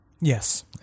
Yes